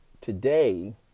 today